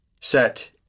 set